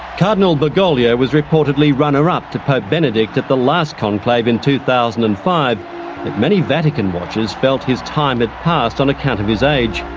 cardinal bergoglio was reportedly runner-up to pope benedict at the last conclave in two thousand and five, but many vatican watchers felt his time had passed on account of his age.